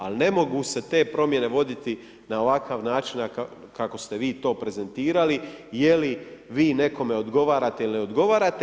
Ali ne mogu se te promjene voditi na ovakav način kako ste vi to prezentirali, je li vi nekome odgovarate ili ne odgovarate.